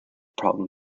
problem